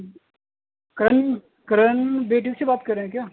کن کرن سے بات کر رہے ہیں کیا